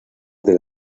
del